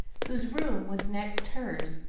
whose room was next hers.